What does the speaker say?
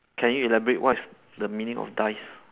can you elaborate what is the meaning of dies